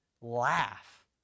laugh